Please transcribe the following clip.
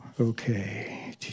Okay